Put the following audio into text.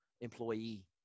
employee